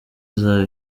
izaba